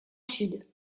sud